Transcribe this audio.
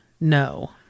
no